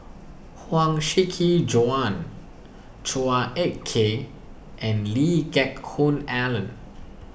Huang Shiqi Joan Chua Ek Kay and Lee Geck Hoon Ellen